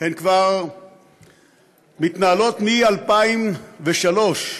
הן כבר מתנהלות מ-2003,